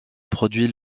produit